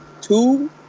two